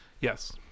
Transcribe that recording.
Yes